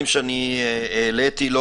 לכן,